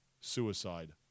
suicide